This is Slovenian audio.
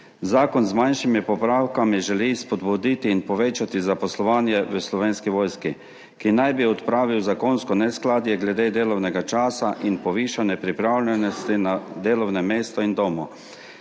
Zakon z manjšimi popravki želi spodbuditi in povečati zaposlovanje v Slovenski vojski. Odpravil naj bi zakonsko neskladje glede delovnega časa in povišane pripravljenosti na delovnem mestu in domu.